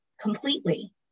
completely